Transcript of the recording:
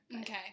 Okay